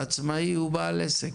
עצמאי הוא בעל עסק.